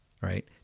right